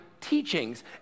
teachings